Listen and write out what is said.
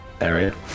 area